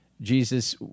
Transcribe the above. jesus